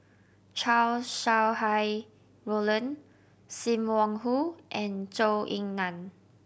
Chow Sau Hai Roland Sim Wong Hoo and Zhou Ying Nan